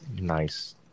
nice